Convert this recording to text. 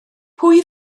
pwy